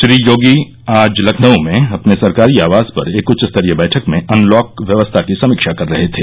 श्री योगी आज लखनऊ में अपने सरकारी आवास पर एक उच्चस्तरीय बैठक में अनलॉक व्यवस्था की समीक्षा कर रहे थे